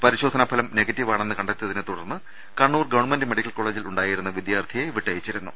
പരിശോധനാ ഫലം നെ ഗറ്റീവാണെന്ന് കണ്ടെത്തിയതിനെ തുടർന്ന് കണ്ണൂർ ഗവൺമെന്റ് മെഡിക്കൽ കോളജിൽ ഉണ്ടായിരുന്ന വിദ്യാർഥിയെ വിട്ടയച്ചിരുന്നു